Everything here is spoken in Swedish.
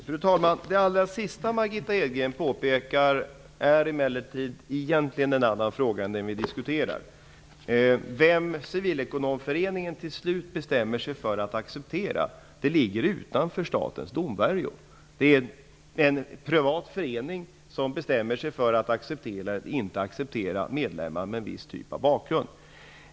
Fru talman! Det allra sista Margitta Edgren påpekade är emellertid egentligen en annan fråga än den vi diskuterar. Vem Civilekonomföreningen till slut bestämmer sig för att acceptera ligger utanför statens domvärjo. Det är en privat förening, som bestämmer sig för att acceptera eller inte acceptera medlemmar med en viss typ av bakgrund.